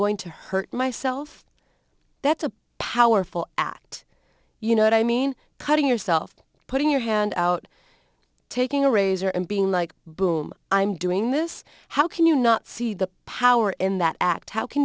going to hurt myself that's a powerful act you know i mean cutting yourself putting your hand out taking a razor and being like boom i'm doing this how can you not see the power in that act how can